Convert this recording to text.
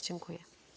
Dziękuję.